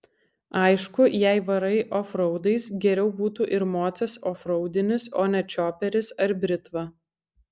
aišku jei varai ofraudais geriau būtų ir mocas ofraudinis o ne čioperis ar britva